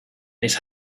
miss